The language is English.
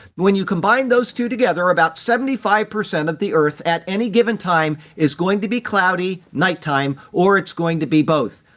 when you combine those two together, about seventy five percent of earth, at any given time, is going to be cloudy, nighttime, or it's going to be both.